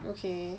okay